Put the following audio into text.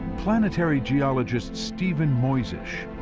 planetary geologist, stephen mojzsis,